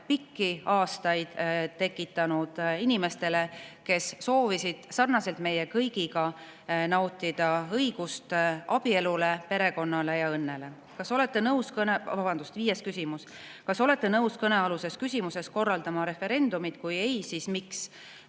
pikki aastaid inimestele, kes soovisid sarnaselt meie kõigiga nautida õigust abielule, perekonnale ja õnnele. Viies küsimus: "Kas olete nõus kõnealuses küsimuses korraldama referendumit? Kui ei, siis miks?"